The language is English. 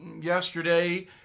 yesterday